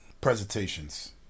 presentations